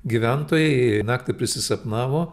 gyventojai naktį prisisapnavo